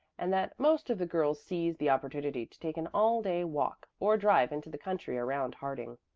and that most of the girls seized the opportunity to take an all-day walk or drive into the country around harding.